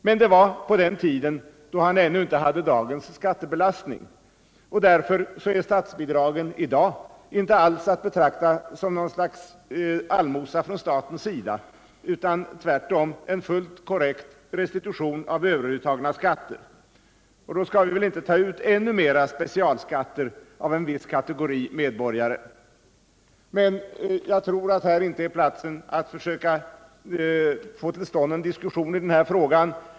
Men det var på den tiden då han inte hade dagens skattebelastning, och därför är statsbidragen i dag inte alls att betrakta som någon sorts allmosa från statens sida utan tvärtom som en fullt korrekt restitution av övertagna skatter. Och då skall vi väl inte ta ut ännu mer specialskatter av en viss kategori medborgare. Men jag tror att här inte är platsenatt försöka få till stånd en diskussion i den frågan.